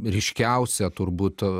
ryškiausia turbūt